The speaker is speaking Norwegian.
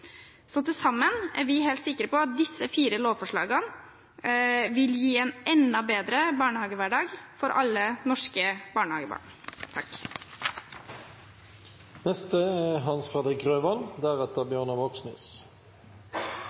Til sammen er vi helt sikre på at disse fire lovforslagene vil gi en enda bedre barnehagehverdag for alle norske barnehagebarn.